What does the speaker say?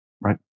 Right